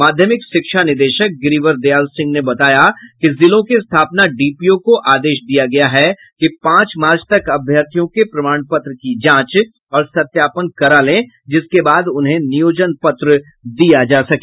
माध्यमिक शिक्षा निदेशक गिरिवर दयाल सिंह ने बताया कि जिलों के स्थापना डीपीओ को आदेश दिया गया है कि पांच मार्च तक अभ्यर्थियों के प्रमाण पत्र की जांच और सत्यापन करा लें जिसके बाद उन्हें नियोजन पत्र दिया जा सके